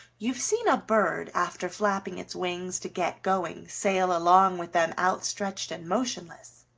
you've seen a bird, after flapping its wings to get going, sail along with them outstretched and motionless.